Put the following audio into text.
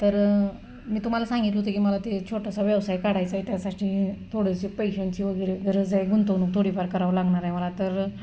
तर मी तुम्हाला सांगितलं होतं की मला ते छोटासा व्यवसाय काढायचा आहे त्यासाठी थोडंशी पैशांची वगैरे गरज आहे गुंतवणूक थोडीफार करावं लागणार आहे मला तर